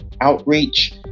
outreach